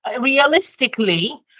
realistically